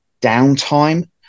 downtime